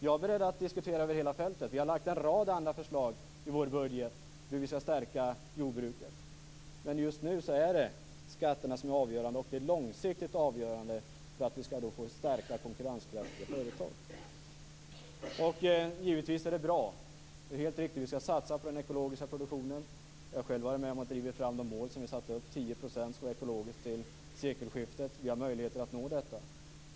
Jag är beredd att diskutera över hela fältet. Vi har lagt fram en rad andra förslag i vår budget om hur jordbruket skall stärkas. Men just nu är det skatterna som är långsiktigt avgörande för att konkurrenskraften skall kunna stärkas. Givetvis är det bra - och helt riktigt - att vi satsar på den ekologiska produktionen. Själv har jag varit om att driva fram de mål som har satts upp om att 10 % skall vara ekologiskt odlat till sekelskiftet, och det finns möjligheter att nå detta mål.